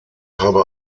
habe